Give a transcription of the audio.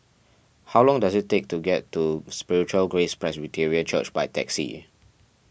how long does it take to get to Spiritual Grace Presbyterian Church by taxi